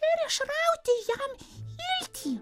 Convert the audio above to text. ir išrauti jam iltį